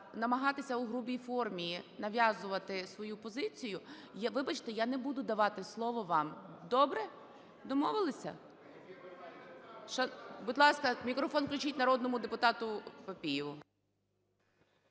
намагатися у грубій формі нав'язувати свою позицію, вибачте, я не буду давати слова вам. Добре? Домовилися? Будь ласка, мікрофон включіть народному депутату Папієву.